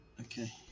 Okay